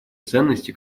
ценности